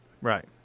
Right